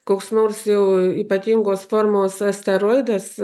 koks nors jau ypatingos formos asteroidas